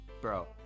Bro